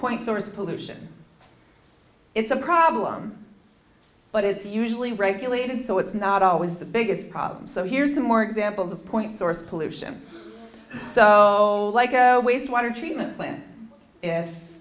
point source pollution it's a problem but it's usually regulated so it's not always the biggest problem so here's the more examples of point source pollution so like a wastewater treatment plant